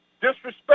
disrespect